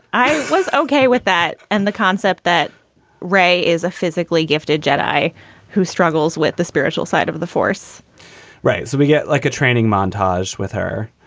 i was okay with that. and the concept that ray is a physically gifted jedi who struggles with the spiritual side of the force right. so we get like a training montage with her,